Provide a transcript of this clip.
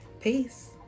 Peace